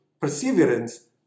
perseverance